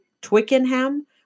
Twickenham